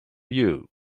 you